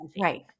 Right